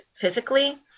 physically